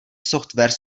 software